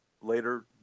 later